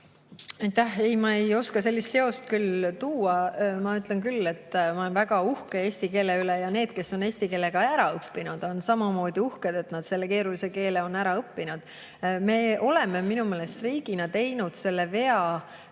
ma ei oska sellist seost küll tuua. Ma ütlen aga, et ma olen väga uhke eesti keele üle ja need, kes on eesti keele ära õppinud, on samamoodi uhked, et nad selle keerulise keele on ära õppinud. Me oleme minu meelest riigina teinud kaua aega